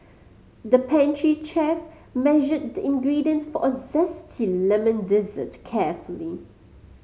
the pastry chef measured the ingredients for a zesty lemon dessert carefully